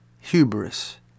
Hubris